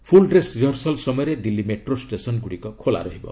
ଫୁଲ୍ dress rehearsal ସମୟରେ Delhi metro ଷ୍ଟେସନ୍ଗ୍ରଡ଼ିକ ଖୋଲା ରହିବ